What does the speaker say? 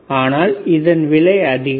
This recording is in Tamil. ஆனால் இதன் விலை அதிகம்